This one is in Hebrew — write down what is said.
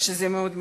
וזה מאוד מסוכן.